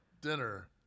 dinner